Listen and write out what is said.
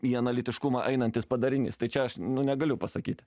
į analitiškumą einantis padarinys tai čia aš nu negaliu pasakyti